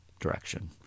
direction